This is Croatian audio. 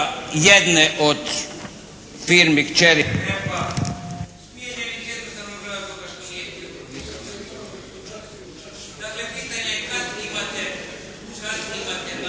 jedne od firmi kćeri